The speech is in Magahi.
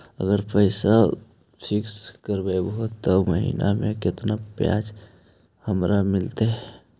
अगर पैसा फिक्स करबै त महिना मे केतना ब्याज हमरा मिलतै?